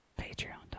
Patreon.com